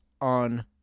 on